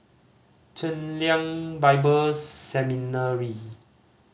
Chen Lien Bible Seminary